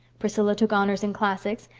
priscilla took honors in classics,